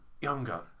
younger